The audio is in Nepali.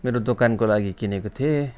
मेरो दोकानको लागि किनेको थिएँ